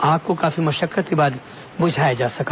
आग को काफी मशक्कत के बाद बुझाया जा सका